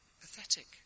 Pathetic